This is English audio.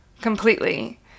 completely